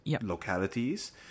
localities